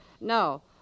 No